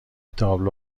تابلو